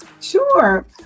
Sure